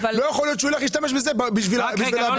לא יכול להיות שישתמשו בזה בשביל למהול.